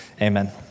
amen